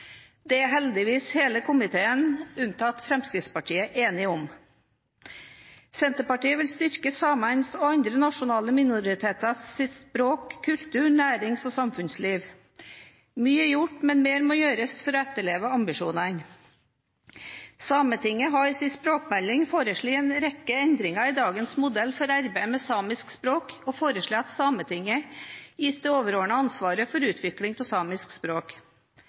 er heldigvis hele komiteen, unntatt Fremskrittspartiet, enige om. Senterpartiet vil styrke samenes og andre nasjonale minoriteters språk, kultur, nærings- og samfunnsliv. Mye er gjort, men mer må gjøres for å etterleve ambisjonene. Sametinget har i sin språkmelding foreslått en rekke endringer i dagens modell for arbeidet med samisk språk og foreslår at Sametinget gis det overordnede ansvaret for utvikling av samisk språk.